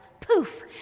Poof